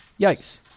Yikes